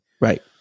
Right